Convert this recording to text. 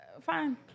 Fine